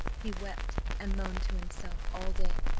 he wept and moaned to himself all day,